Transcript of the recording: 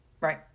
Right